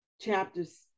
chapters